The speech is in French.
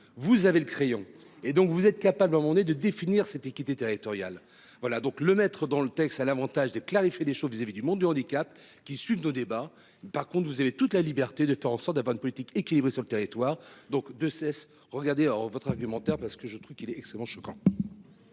Vous avez le crayon et donc vous êtes capable amender de définir cette équité territoriale. Voilà donc le maître dans le texte à l'Avantage de clarifier les choses vis-à-vis du monde du handicap qui sud au débat. Par contre vous avez toute la liberté de faire en sorte d'avoir une politique équilibrée sur le territoire donc de cesse regarder alors votre argumentaire parce que je trouve qu'il est extrêmement choquant.--